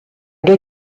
gars